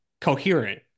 coherent